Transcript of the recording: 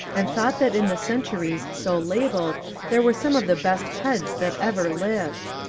and thought that in the centuries so labelled there were some of the best heads that ever lived.